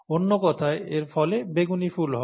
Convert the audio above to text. অন্য কথায় এর ফলে বেগুনি ফুল হবে